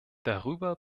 darüber